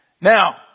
Now